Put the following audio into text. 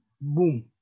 boom